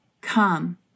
come